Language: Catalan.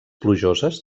plujoses